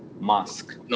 mask